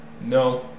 No